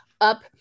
up